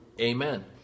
amen